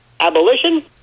Abolition